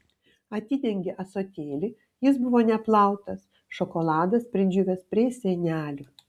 atidengė ąsotėlį jis buvo neplautas šokoladas pridžiūvęs prie sienelių